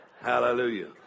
Hallelujah